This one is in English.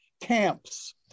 camps